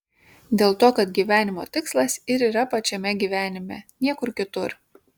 dėl to kad gyvenimo tikslas ir yra pačiame gyvenime niekur kitur